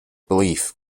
belief